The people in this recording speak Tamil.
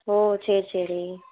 ஓ சரி சரி